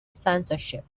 censorship